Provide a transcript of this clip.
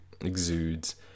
exudes